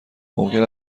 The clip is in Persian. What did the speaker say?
ممکن